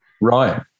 Right